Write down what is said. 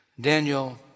Daniel